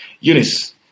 Eunice